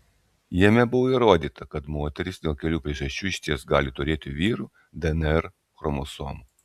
jame buvo įrodyta kad moterys dėl kelių priežasčių išties gali turėti vyrų dnr chromosomų